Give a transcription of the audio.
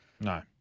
No